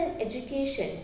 education